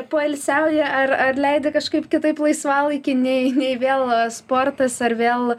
poilsiauji ar ar leidi kažkaip kitaip laisvalaikį nei nei vėl sportas ar vėl